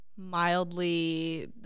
Mildly